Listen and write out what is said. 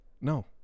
No